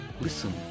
Listen